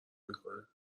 میکنه